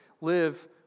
Live